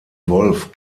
wolf